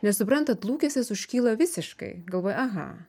nes suprantat lūkestis užkyla visiškai galvoji aha